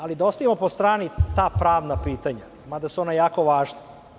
Ali, da ostavimo po strani ta pravna pitanja, mada su ona jako važna.